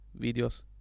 videos